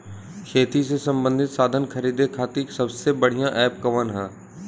खेती से सबंधित साधन खरीदे खाती सबसे बढ़ियां एप कवन ह?